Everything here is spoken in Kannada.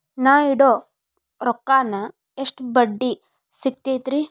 ನಾ ಇಡೋ ರೊಕ್ಕಕ್ ಎಷ್ಟ ಬಡ್ಡಿ ಸಿಕ್ತೈತ್ರಿ?